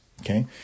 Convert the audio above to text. Okay